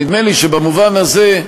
נדמה לי שבמובן הזה,